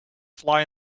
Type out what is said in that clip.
fly